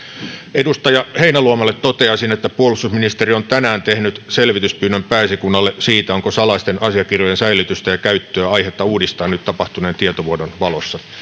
edustaja heinäluomalle toteaisin että puolustusministeriö on tänään tehnyt selvityspyynnön pääesikunnalle siitä onko salaisten asiakirjojen säilytystä ja käyttöä aihetta uudistaa nyt tapahtuneen tietovuodon valossa